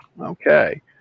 Okay